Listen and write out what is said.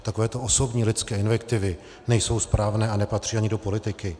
Takovéto osobní lidské invektivy nejsou správné a nepatří ani do politiky.